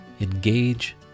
Engage